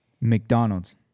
McDonald's